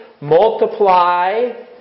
multiply